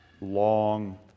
long